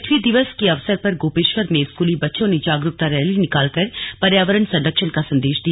पृथ्वी दिवस के अवसर पर गोपेश्वर में स्कूली बच्चों ने जागरुकता रैली निकालकर पर्यावरण संरक्षण का संदेश दिया